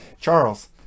Charles